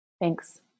Thanks